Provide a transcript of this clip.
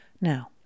Now